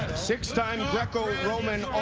six-time greco-roman